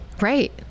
Right